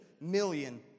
million